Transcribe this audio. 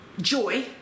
joy